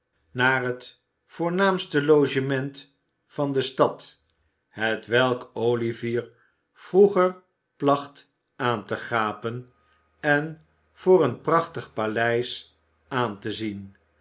naar het voornaamste logement van de stad hetwelk olivier vroeger placht aan te gapen en voor een prachtig paleis aan te zien